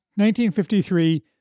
1953